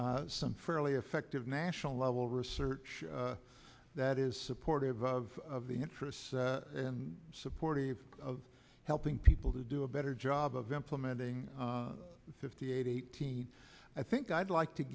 is some fairly effective national level research that is supportive of the interests and supportive of helping people to do a better job of implementing fifty eight eighteen i think i'd like to